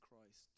Christ